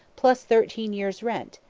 plus thirteen years' rent,